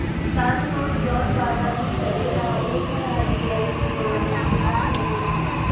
सारा नोट जवन बाजार में चलेला ओ पर आर.बी.आई के गवर्नर के साइन रहेला